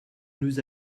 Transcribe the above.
nous